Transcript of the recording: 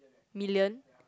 million